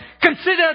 consider